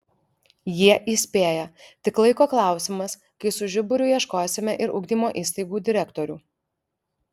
jie įspėja tik laiko klausimas kai su žiburiu ieškosime ir ugdymo įstaigų direktorių